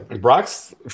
Brock's